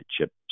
chips